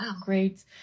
great